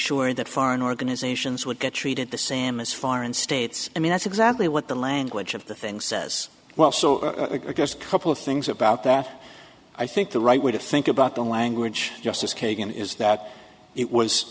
sure that foreign organizations would get treated the same as foreign states i mean that's exactly what the language of the thing says well so i guess a couple of things about that i think the right way to think about the language of justice kagan is that it was